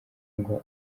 ngo